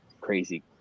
crazy